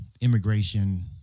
immigration